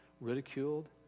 ridiculed